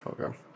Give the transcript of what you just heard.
Okay